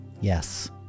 Yes